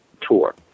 tour